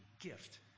gift